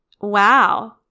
wow